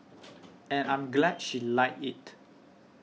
and I'm glad she liked it